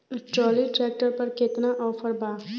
Trolley tractor पर केतना offer बा?